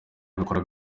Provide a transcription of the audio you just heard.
ibikorwa